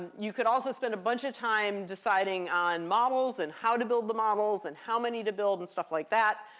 you could also spend a bunch of time deciding on models, and how to build the models, and how many to build, and stuff like that.